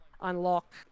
unlock